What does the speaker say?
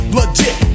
Legit